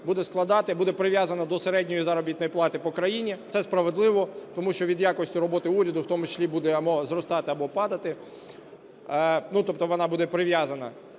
буде складати… буде прив'язана до середньої заробітної плати по країні. Це справедливо, тому що від якості роботи уряду в тому числі буде або зростати, або падати, ну, тобто вона буде прив'язана.